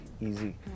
easy